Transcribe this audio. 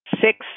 six